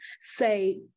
say